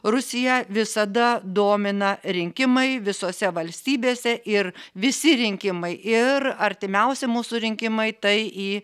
rusiją visada domina rinkimai visose valstybėse ir visi rinkimai ir artimiausi mūsų rinkimai tai į